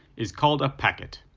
is called a packet.